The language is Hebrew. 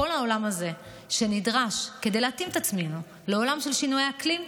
כל העולם הזה שנדרש כדי להתאים את עצמנו לעולם של שינויי אקלים,